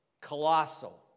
Colossal